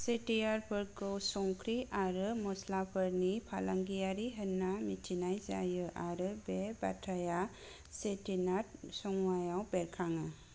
चेटियारफोरखौ संख्रि आरो मस्लाफोरनि फालांगियारि होन्ना मिन्थिनाय जायो आरो बे बाथ्राया चेटिनाड संमुवायाव बेरखाङो